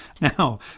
Now